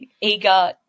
eager